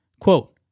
quote